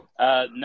No